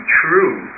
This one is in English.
true